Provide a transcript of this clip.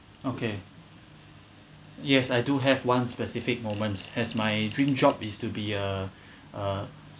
okay yes I do have one specific moments as my dream job is to be a uh uh